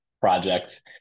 project